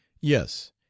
yes